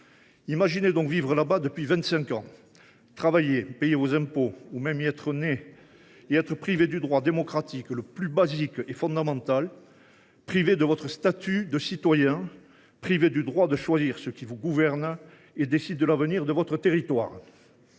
Imaginez donc vivre là bas depuis vingt cinq ans, travailler, payer vos impôts, ou même y être né, et être privé du droit démocratique le plus basique et fondamental, privé de votre statut de citoyen, privé du droit de choisir ceux qui vous gouvernent et qui décident de l’avenir de votre territoire